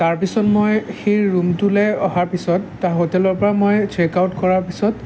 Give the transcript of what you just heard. তাৰপিছত মই সেই ৰূমটোলৈ অহাৰ পিছত তা হোটেলৰ পৰা মই চেক আউট কৰাৰ পিছত